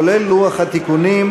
כולל לוח התיקונים,